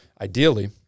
ideally